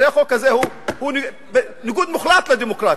הרי החוק הזה הוא ניגוד מוחלט לדמוקרטיה,